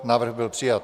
Návrh byl přijat.